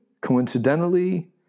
coincidentally